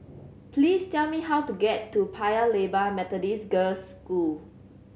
please tell me how to get to Paya Lebar Methodist Girls' School